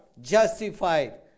justified